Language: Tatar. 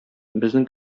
безнең